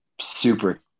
super